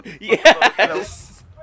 Yes